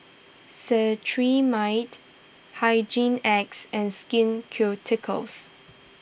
Cetrimide Hygin X and Skin Ceuticals